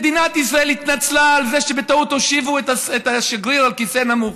מדינת ישראל התנצלה על זה שבטעות הושיבו את השגריר על כיסא נמוך,